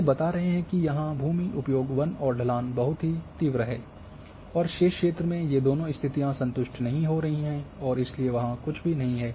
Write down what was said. ये बता रहे हैं कि यहाँ भूमि उपयोग वन और ढलान बहुत ही तीव्र हैं और शेष क्षेत्र में ये दोनों स्थितियाँ संतुष्ट नहीं हो रही हैं और इसलिए वहाँ कुछ भी नहीं है